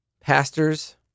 pastors